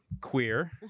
queer